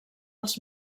els